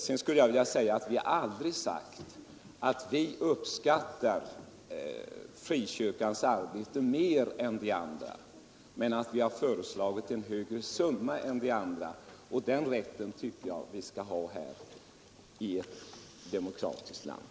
Vidare vill jag framhålla att vi aldrig har sagt att vi uppskattar frikyrkans arbete mer än de andra men att vi har föreslagit en större summa, och den rätten tycker jag att vi skall ha i ett demokratiskt land.